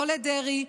לא לדרעי,